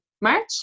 March